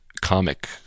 comic